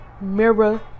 mirror